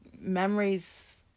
memories